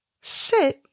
sit